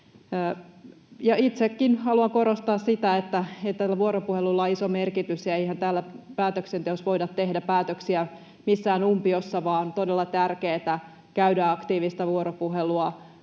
Itsekin haluan korostaa sitä, että tällä vuoropuhelulla on iso merkitys. Eihän täällä päätöksenteossa voida tehdä päätöksiä missään umpiossa, vaan on todella tärkeätä käydä aktiivista vuoropuhelua